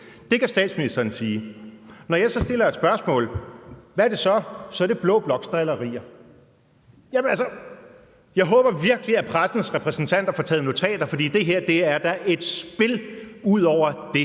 Det kan statsministeren sige. Men når jeg så stiller et spørgsmål, hvad er det så? Så er det blå bloks drillerier. Jamen altså, jeg håber virkelig, at pressens repræsentanter får taget notater, for det her er da et spil ud over det